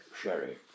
sherry